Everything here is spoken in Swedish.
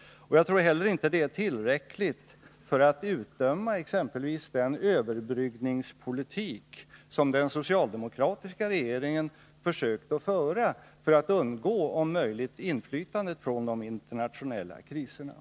Och jag tror heller inte att det är tillräckligt för att utdöma exempelvis den överbryggningspolitik som den socialdemokratiska regeringen försökte föra för att om möjligt undgå inflytandet från de internationella kriserna.